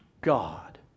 God